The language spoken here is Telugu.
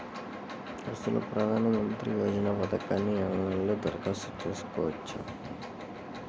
అసలు ప్రధాన మంత్రి యోజన పథకానికి ఆన్లైన్లో దరఖాస్తు చేసుకోవచ్చా?